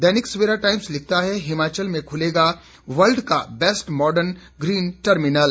दैनिक Savera Times लिखता है हिमाचल में खुलेगा वर्ल्ड का बैस्ट मॉडर्न ग्रीन टर्मिनल